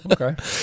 Okay